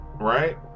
right